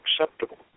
acceptable